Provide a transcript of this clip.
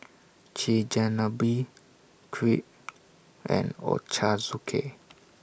Chigenabe Crepe and Ochazuke